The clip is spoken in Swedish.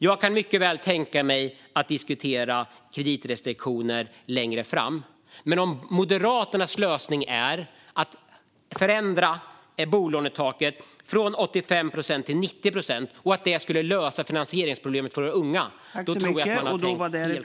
Jag kan mycket väl tänka mig att diskutera kreditrestriktioner längre fram, men om Moderaternas lösning på finansieringsproblemet för våra unga är att förändra bolånetaket från 85 procent till 90 procent tror jag att de har tänkt helt fel.